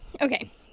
Okay